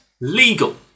legal